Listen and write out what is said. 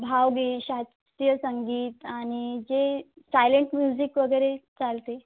भावबीज शास्त्रीय संगीत आणि जे सायलेंट म्यूझिक वगैरे चालतं आहे